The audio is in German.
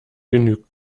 genügt